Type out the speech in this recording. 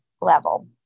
level